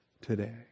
today